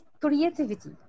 Creativity